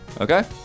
Okay